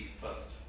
first